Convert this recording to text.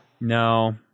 no